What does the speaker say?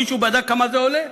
מישהו בדק כמה זה עולה?